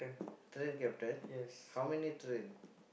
train captain how many train